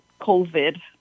COVID